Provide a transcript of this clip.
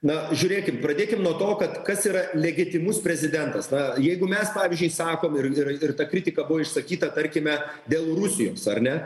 na žiūrėkit pradėkim nuo to kad kas yra legitimus prezidentas na jeigu mes pavyzdžiui sakom ir ir ir ta kritika buvo išsakyta tarkime dėl rusijoje ar ne